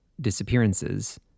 disappearances